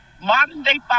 modern-day